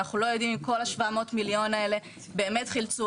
אנחנו לא יודעים אם כל ה-700 מיליון האלה באמת חילצו?